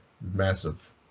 massive